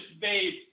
babe